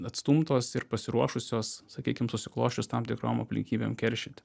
atstumtos ir pasiruošusios sakykim susiklosčius tam tikrom aplinkybėm keršyti